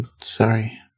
sorry